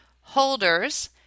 Holders